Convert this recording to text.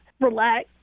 relax